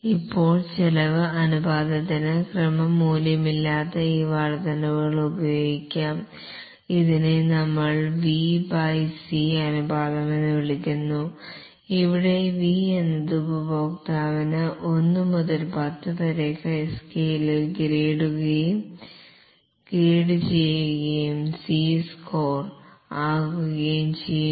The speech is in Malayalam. ഇപ്പോൾ ചെലവ് അനുപാതത്തിന് ക്രമ മൂല്യമില്ലാത്ത ഈ വർദ്ധനവുകൾ ഉപയോഗിക്കാം ഇതിനെ നമ്മൾ വി ബൈ സി അനുപാതം എന്ന് വിളിക്കുന്നു ഇവിടെ വി എന്നത് ഉപഭോക്താവിന് 1 മുതൽ 10 വരെ സ്കെയിലിൽ ഗ്രേഡുചെയ്യുകയും സി ഒരു സ്കോർ ആകുകയും ചെയ്യുന്നു